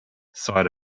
side